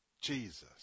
Jesus